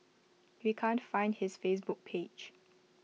we can't find his Facebook page